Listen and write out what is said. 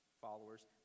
followers